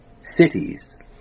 cities